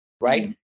right